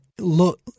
look